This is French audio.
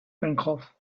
pencroff